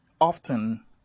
often